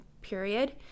period